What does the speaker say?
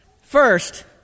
First